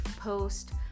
post